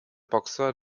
boxer